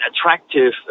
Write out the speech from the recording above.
attractive